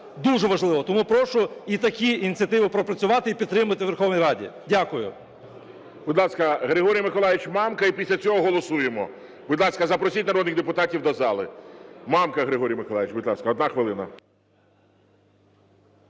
дуже важливо. Тому прошу і такі ініціативи пропрацювати і підтримати в Верховній Раді. Дякую. ГОЛОВУЮЧИЙ. Будь ласка, Григорій Миколайович Мамка і після цього голосуємо. Будь ласка, запросіть народних депутатів до зали. Мамка Григорій Миколайович, будь ласка, 1 хвилина.